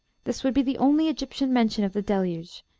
this would be the only egyptian mention of the deluge,